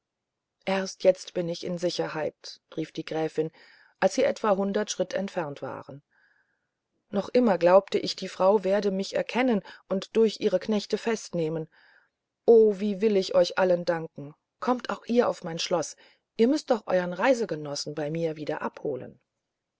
erst bin ich in sicherheit rief die gräfin als sie etwa hundert schritte entfernt waren noch immer glaubte ich die frau werde mich erkennen und durch ihre knechte festnehmen oh wie will ich euch allen danken kommet auch ihr auf mein schloß ihr müßt doch euern reisegenossen bei mir wieder abholen